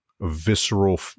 visceral